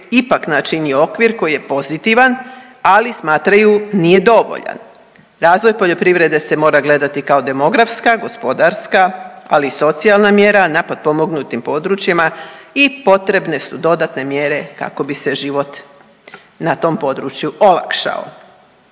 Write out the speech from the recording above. ipak znači okvir koji je pozitivan, ali smatraju nije dovoljan. Razvoj poljoprivrede se mora gledati kao demografska, gospodarska ali i socijalna mjera na potpomognutim područjima i potrebne su dodatne mjere kako bi se život na tom području olakšao.